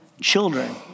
children